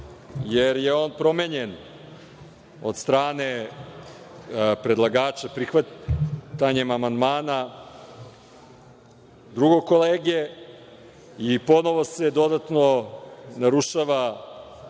jer je on promenjen od strane predlagača prihvatanjem amandmana drugog kolege. Ponovo se dodatno narušava